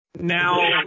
Now